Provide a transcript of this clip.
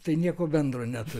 tai nieko bendro neturi